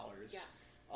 Yes